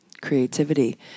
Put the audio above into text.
creativity